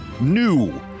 new